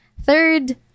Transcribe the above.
Third